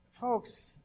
Folks